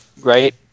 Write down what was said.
right